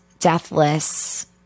Deathless